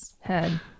head